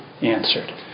Answered